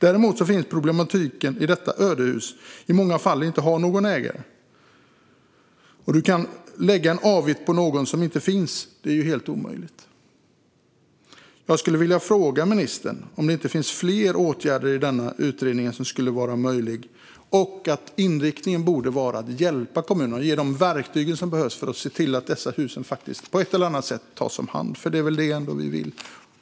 Däremot finns problematiken med ödehus i många fall att de inte har någon ägare, och det är ju helt omöjligt att lägga en avgift på någon som inte finns. Jag skulle vilja fråga ministern om det inte finns fler åtgärder i denna utredning som skulle vara möjliga och om inte inriktningen borde vara att hjälpa kommunerna, att ge dem verktygen som behövs, för att se till att dessa hus på ett eller annat sätt tas om hand. Det är väl ändå det vi vill.